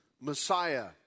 Messiah